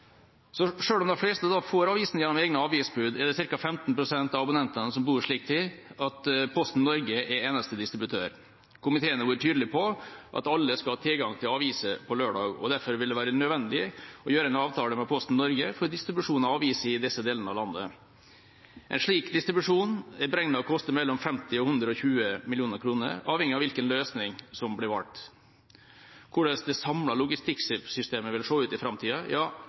om de fleste får avisen gjennom egne avisbud, er det ca. 15 pst. av abonnentene som bor slik til at Posten Norge er eneste distributør. Komiteen har vært tydelig på at alle skal ha tilgang til aviser på lørdag. Derfor vil det være nødvendig å gjøre en avtale med Posten Norge for distribusjon av aviser i disse delene av landet. En slik distribusjon er beregnet å koste mellom 50 og 120 mill. kr., avhengig av hvilken løsning som blir valgt. Hvordan det samlede logistikksystemet vil se ut i framtida,